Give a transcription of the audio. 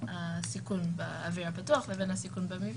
הסיכון באוויר הפתוח לבין הסיכון במבנה,